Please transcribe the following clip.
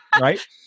Right